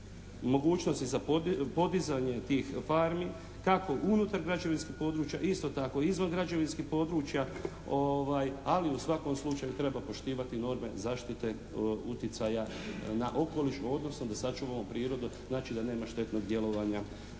mogućnosti za podizanje tih farmi kako unutar građevinskih područja, isto tako i izvan građevinskih područja ali u svakom slučaju treba poštivati norme zaštite uticaja na okoliš odnosno da sačuvamo prirodu znači da nema štetno djelovanja